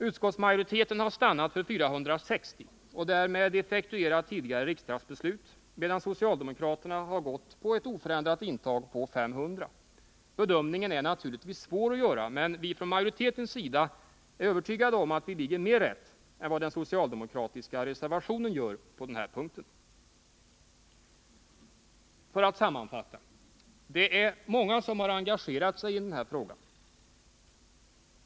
Utskottsmajoriteten har stannat för 460 och därmed effektuerat det tidigare riksdagsbeslutet, medan socialdemokraterna har hållit på ett oförändrat intag på 500. Bedömningen är naturligtvis svår att göra, men från majoritetens sida är vi övertygade om att vi med vår skrivning ligger mera rätt än vad den socialdemokratiska reservationen gör på den här punkten. För att sammanfatta: Det är många som har engagerat sig i den här frågan.